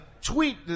tweet